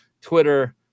twitter